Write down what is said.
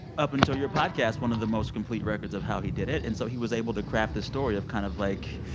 up until your podcast, one of the most complete records of how he did it. and so he was able to craft this story of kind of like.